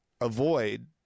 avoid